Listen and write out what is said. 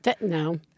No